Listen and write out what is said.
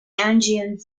angevin